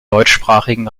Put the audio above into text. deutschsprachigen